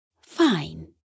Fine